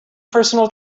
personal